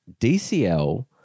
DCL